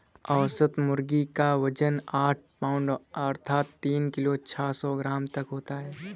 औसत मुर्गी क वजन आठ पाउण्ड अर्थात तीन किलो छः सौ ग्राम तक होता है